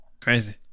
crazy